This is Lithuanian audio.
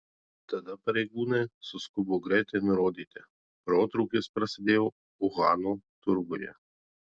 tada pareigūnai suskubo greitai nurodyti protrūkis prasidėjo uhano turguje